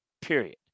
period